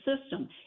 system